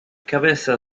cabeça